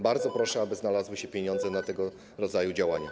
Bardzo proszę, aby znalazły się pieniądze na tego rodzaju działania.